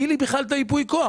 והפיל לי בכלל את ייפוי הכוח.